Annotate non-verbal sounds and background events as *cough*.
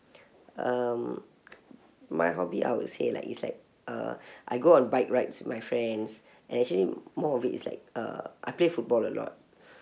*breath* um my hobby I would say like it's like uh *breath* I go on bike rides with my friends and actually more of it is like uh I play football a lot *breath*